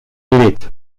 light